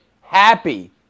happy